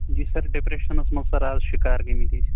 جی sir ڈِپرٛیشَنَس منٛز اَز شِکار گٲمِتۍ أسۍ